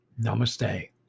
namaste